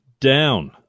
Down